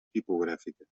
tipogràfica